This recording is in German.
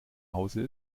hause